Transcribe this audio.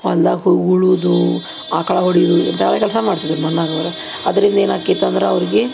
ಹೊಲ್ದಾಗ ಉಗುಳೋದು ಆಕಳು ಹೊಡೆಯೋದು ಎಂಥವೇ ಕೆಲಸ ಮಾಡ್ತಿದ್ರು ಮಣ್ಣಾಗವ್ರು ಅದ್ರಿಂದ ಏನಾಕ್ಕಿತ್ತಂದ್ರ ಅವ್ರ್ಗೆ